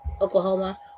Oklahoma